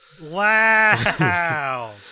wow